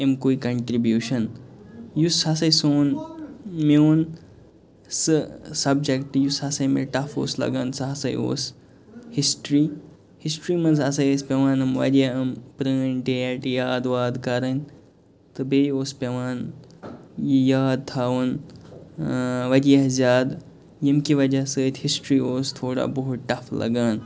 امہِ کُے کَنٛٹربیوشَن یُس ہسا سون میوٗن سُہ سَبجَکٹ یُس ہسا مےٚ ٹَف اوس لَگان سُہ ہسا اوس ہسٹری ہسٹری منٛز ہسا ٲس پیٚوان یِم واریاہ یِم پرٲنۍ ڈیٹ یاد واد کَرٕنۍ تہٕ بیٚیہِ اوس پیٚوان یاد تھاوُن اۭں واریاہ زیادٕ ییٚمہِ کہِ وَجہ سۭتۍ ہسٹری اوس تھوڑا بہت ٹَف لَگان